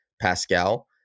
Pascal